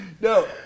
No